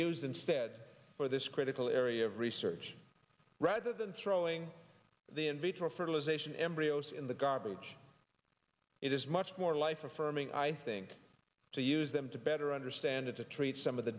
used instead for this critical area of research rather than throwing the in vitro fertilisation embryos in the garbage it is much more life affirming i think to use them to better understand it to treat some of the